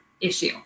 issue